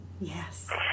Yes